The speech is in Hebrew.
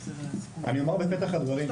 אני אומר בפתח הדברים,